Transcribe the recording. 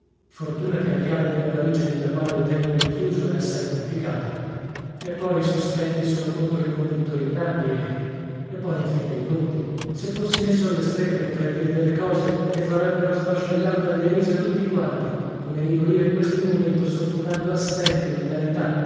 fortuna che la chiave della valigia nella quale lo tengo rinchiuso è assai complicata e poi i sospetti sono contro i convittori grandi e e poi in fin dei conti se fossi messo alle strette potrei dir delle cose che farebbero smascellar dalle risa tutti quanti come rido io in questo momento soffocando a stento